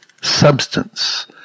substance